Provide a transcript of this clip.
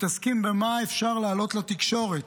מתעסקים במה אפשר להעלות לתקשורת.